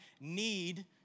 need